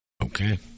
Okay